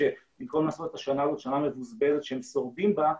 שבמקום לעשות השנה הזאת שנה מבוזבזת שהם שורדים בה,